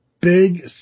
Big